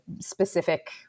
specific